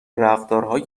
رفتارهای